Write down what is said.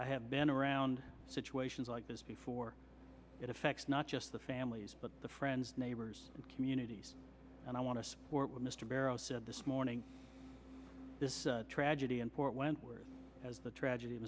i have been around situations like this before it affects not just the families but the friends neighbors and communities and i want to support what mr barrow said this morning this tragedy in port wentworth as the tragedy